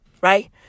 right